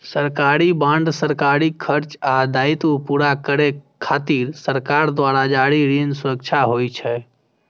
सरकारी बांड सरकारी खर्च आ दायित्व पूरा करै खातिर सरकार द्वारा जारी ऋण सुरक्षा होइ छै